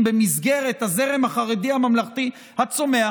במסגרת הזרם החרדי-הממלכתי הצומח,